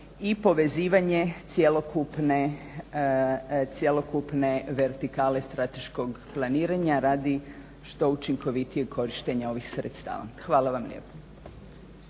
i povezivanje cjelokupne vertikale strateškog planiranja radi što učinkovitijeg korištenja ovih sredstava. Hvala vam lijepa.